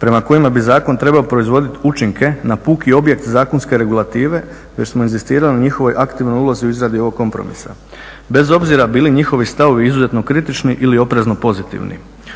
prema kojima bi zakon trebao proizvoditi učinke na puki objekt zakonske regulative, već smo inzistirali na njihovoj aktivnoj ulozi u izradi ovog kompromisa, bez obzira bili njihovi stavovi izuzetno kritični ili oprezno pozitivni.